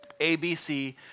ABC